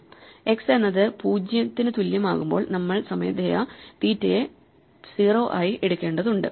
X എന്നത് 0 ന് തുല്യമാകുമ്പോൾ നമ്മൾ സ്വമേധയാ തീറ്റയെ 0 ആയി എടുക്കേണ്ടതുണ്ട്